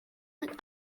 mit